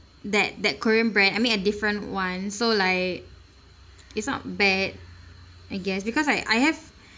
that that korean brand I mean a different one so like it's not bad I guess because I I have